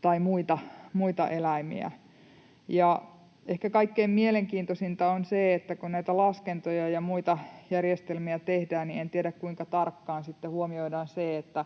tai muita eläimiä. Ehkä kaikkein mielenkiintoisinta on se, kun näitä laskentoja ja muita järjestelmiä tehdään: en tiedä, kuinka tarkkaan sitten huomioidaan se, että